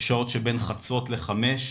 בשעות שבין חצות ל-05:00,